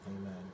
Amen